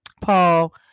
paul